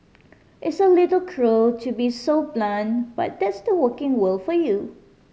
it's a little cruel to be so blunt but that's the working world for you